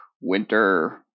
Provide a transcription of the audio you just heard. winter